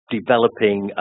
developing